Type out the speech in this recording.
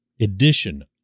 edition